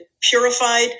purified